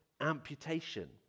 amputation